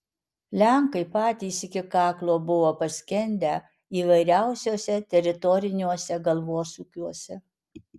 lenkai patys iki kaklo buvo paskendę įvairiausiuose teritoriniuose galvosūkiuose